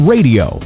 Radio